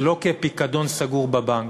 זה לא כפיקדון סגור בבנק.